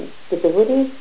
stability